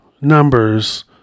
numbers